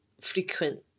frequent